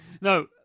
no